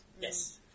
Yes